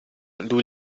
lui